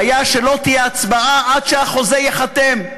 היה שלא תהיה הצבעה עד שהחוזה ייחתם.